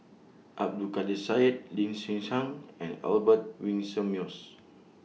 Abdul Kadir Syed Lee Hsien Yang and Albert Winsemius